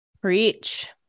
Preach